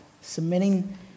submitting